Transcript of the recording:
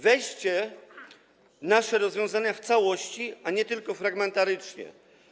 Weźcie nasze rozwiązania w całości, a nie tylko fragmentarycznie.